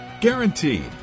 Guaranteed